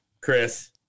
Chris